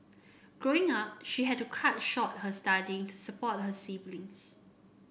Growing Up she had to cut short her studying to support her siblings